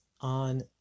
on